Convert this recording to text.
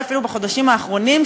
ואולי אפילו בחודשים האחרונים,